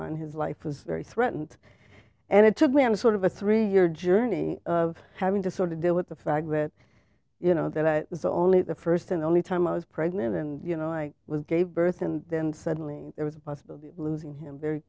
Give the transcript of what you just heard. on his life was very threatened and it took me on a sort of a three year journey of having to sort of deal with the fact that you know that i was only the st and only time i was pregnant and you know i was gave birth and then suddenly there was the possibility of losing him very